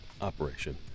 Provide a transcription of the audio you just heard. operation